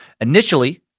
Initially